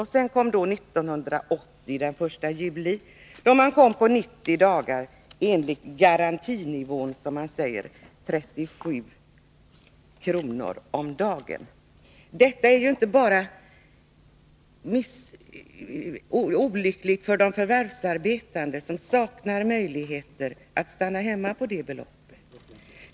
Den 1 juli 1980 blev det 90 dagar enligt ”garantinivån” som man säger, 37 kr. om dagen. Det är ju inte bara olyckligt för de förvärvsarbetande som saknar möjligheter att stanna hemma på det beloppet.